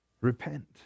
repent